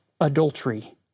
adultery